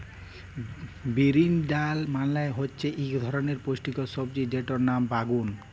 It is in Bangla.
বিরিনজাল মালে হচ্যে ইক ধরলের পুষ্টিকর সবজি যেটর লাম বাগ্যুন